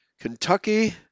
Kentucky